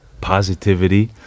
positivity